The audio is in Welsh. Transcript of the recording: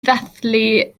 ddathlu